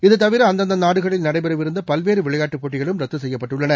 இதுதவிர அந்தந்த நாடுகளில் நடைபெறவிருந்த பல்வேறு விளையாட்டு போட்டிகளும் ரத்து செய்யப்பட்டுள்ளன